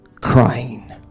Crying